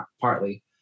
partly